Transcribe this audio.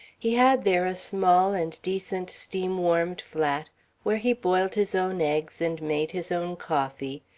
he had there a small and decent steam-warmed flat where he boiled his own eggs and made his own coffee,